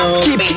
Keep